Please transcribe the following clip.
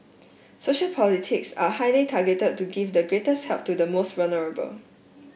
social politics are highly targeted to give the greatest help to the most vulnerable